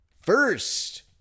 First